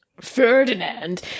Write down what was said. Ferdinand